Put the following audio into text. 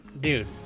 Dude